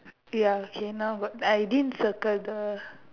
ya okay now got I didn't circle the